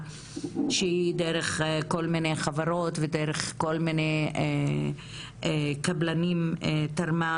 שהיא דרך כל מיני חברות ודרך כל מיני קבלנים תרמה